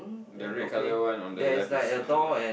the red color one on the left is on the left